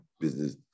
business